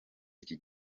iki